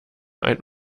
ein